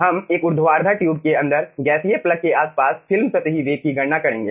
हम एक ऊर्ध्वाधर ट्यूब के अंदर गैसीय प्लग के आसपास फिल्म सतही वेग की गणना करेंगे